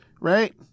right